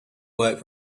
work